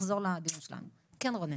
נחזור לדיון שלנו, כן רונן.